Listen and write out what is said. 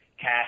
cash